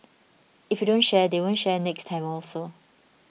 if you don't share they won't share next time also